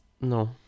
No